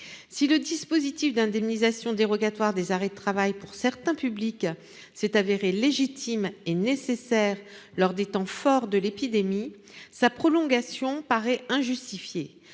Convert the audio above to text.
si le dispositif d'indemnisation dérogatoire des arrêts de travail pour certains publics s'est avéré légitime et nécessaire lors des temps forts de l'épidémie sa prolongation paraît injustifiée